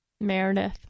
Meredith